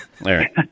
Larry